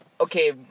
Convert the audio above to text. Okay